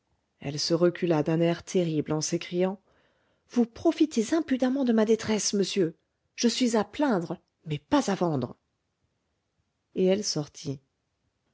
elle se recula d'un air terrible en s'écriant vous profitez impudemment de ma détresse monsieur je suis à plaindre mais pas à vendre et elle sortit